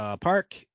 Park